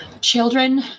children